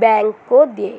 bank को दें